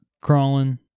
crawling